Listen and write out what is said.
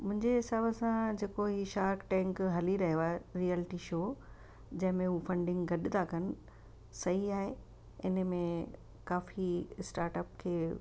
मुंहिंजे हिसाब सां जेको ई शार्क टैंक हली रहियो आहे रियलिटी शो जंहिंमें हू फंडिंग गॾ था कनि सही आहे इन में काफ़ी स्टार्टअप खे